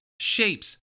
shapes